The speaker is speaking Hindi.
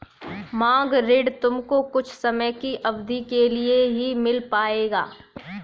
मांग ऋण तुमको कुछ समय की अवधी के लिए ही मिल पाएगा